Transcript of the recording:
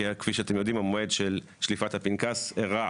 כי כפי שאתם יודעים, המועד של שליפת הפנקס אירע